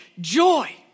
joy